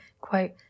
quote